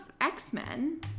X-Men